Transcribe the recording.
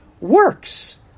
works